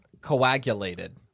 coagulated